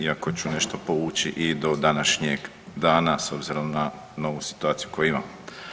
Iako ću nešto povući i do današnjeg dana s obzirom na novu situaciju koju imamo.